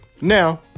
Now